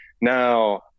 Now